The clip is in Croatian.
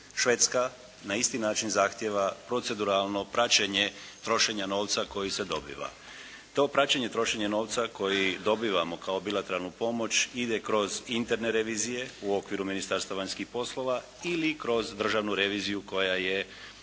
Švedska na isti način zahtjeva proceduralno praćenje trošenja novca koji se dobiva. To praćenje trošenja novca koji dobivamo kao bilateralnu pomoć ide kroz interne revizije u okviru Ministarstva vanjskih poslova ili kroz državnu reviziju koja je vezana